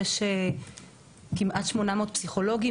יש כמעט 800 פסיכולוגים,